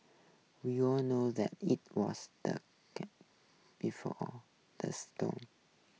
we all knew that it was the calm before the storm